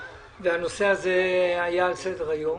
הנושא הזה היה על סדר היום.